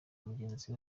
mugenzi